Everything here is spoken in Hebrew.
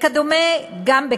וכדומה גם,